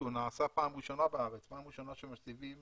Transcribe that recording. שנעשה פעם ראשונה בארץ פעם ראשונה שמסיבים